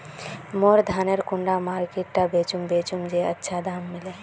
मोर धानेर कुंडा मार्केट त बेचुम बेचुम जे अच्छा दाम मिले?